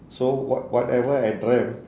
so what~ whatever I dreamt